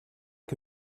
que